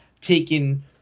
taking –